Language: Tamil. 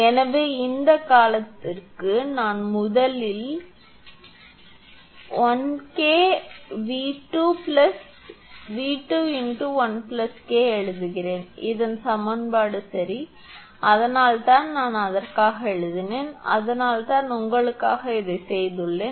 எனவே இந்த காலத்திற்கு நான் முதலில் am1𝐾 𝑉2 1 𝐾 எழுதுகிறேன் இது சமன்பாடு சரி அதனால் தான் நான் அதற்காக எழுதினேன் அதனால் தான் உங்களுக்காக இதைச் செய்துள்ளேன்